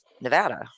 Nevada